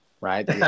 right